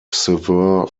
severe